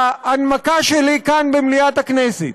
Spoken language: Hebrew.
בהנמקה שלי כאן, במליאת הכנסת,